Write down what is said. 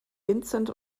vincent